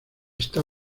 está